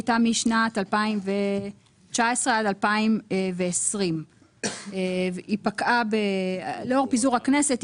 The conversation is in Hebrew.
הייתה משנת 2019 עד 2020. לאור פיזור הכנסת,